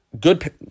good